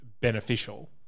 beneficial